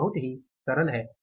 यह बहुत ही सरल है